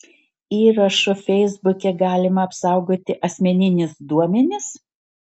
įrašu feisbuke galima apsaugoti asmeninius duomenis